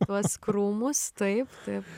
tuos krūmus taip taip